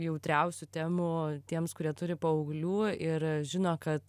jautriausių temų tiems kurie turi paauglių ir žino kad